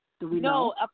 No